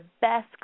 best